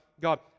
God